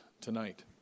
tonight